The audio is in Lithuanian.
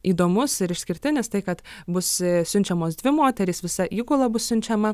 įdomus ir išskirtinis tai kad bus siunčiamos dvi moterys visa įgula bus siunčiama